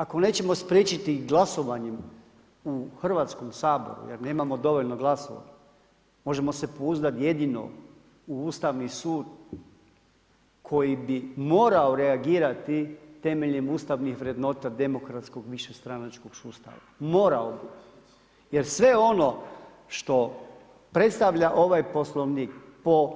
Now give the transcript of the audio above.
Ako nećemo spriječiti glasovanjem u Hrvatskom saboru jer nemamo dovoljno glasova, možemo se pouzdati jedino u Ustavni sud koji bi morao reagirati temeljem ustavnih vrednota demokratskog višestranačkog sustava, morao bi jer sve ono što predstavlja ovaj Poslovnik po